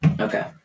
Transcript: Okay